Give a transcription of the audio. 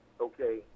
okay